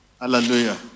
Hallelujah